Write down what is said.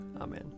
Amen